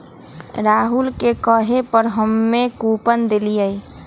राहुल के कहे पर हम्मे कूपन देलीयी